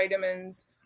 vitamins